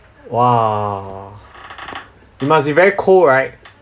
!wah! it must be very cold right